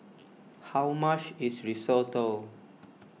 how much is Risotto